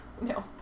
No